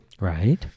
Right